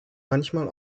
manchmal